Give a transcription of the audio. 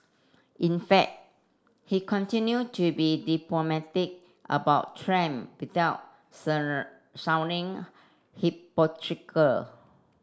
in fact he continued to be diplomatic about Trump without sounding